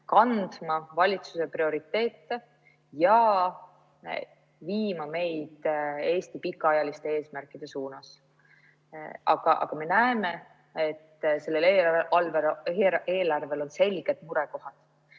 kandma valitsuse prioriteete ja viima meid Eesti pikaajaliste eesmärkide suunas. Aga me näeme, et selles eelarves on selged murekohad.